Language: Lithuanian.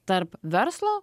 tarp verslo